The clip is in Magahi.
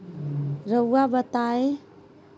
रहुआ हमरा के बताइं कि हमरा ऋण भुगतान के समय का बा?